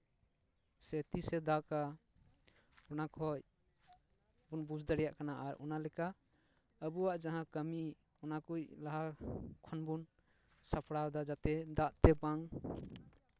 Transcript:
ᱥᱮ ᱛᱤᱥᱮ ᱫᱟᱜᱟ ᱚᱱᱟ ᱠᱷᱚᱱ ᱵᱚᱱ ᱵᱩᱡᱽ ᱫᱟᱲᱮᱭᱟᱜ ᱠᱟᱱᱟ ᱟᱨ ᱚᱱᱟ ᱞᱮᱠᱟ ᱟᱵᱚᱣᱟᱜ ᱡᱟᱦᱟᱸ ᱠᱟᱹᱢᱤ ᱚᱱᱟ ᱠᱚ ᱞᱟᱦᱟ ᱠᱷᱚᱱ ᱵᱚᱱ ᱥᱟᱯᱲᱟᱣ ᱫᱟ ᱡᱟᱛᱮ ᱫᱟᱜ ᱛᱮ ᱵᱟᱝ